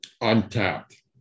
Untapped